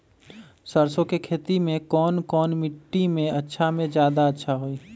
सरसो के खेती कौन मिट्टी मे अच्छा मे जादा अच्छा होइ?